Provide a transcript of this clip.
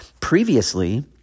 previously